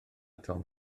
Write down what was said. tom